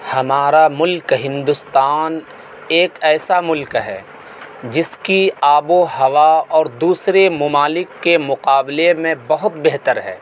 ہمارا ملک ہندوستان ایک ایسا ملک ہے جس کی آب و ہوا اور دوسرے ممالک کے مقابلے میں بہت بہتر ہے